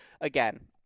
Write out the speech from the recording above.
again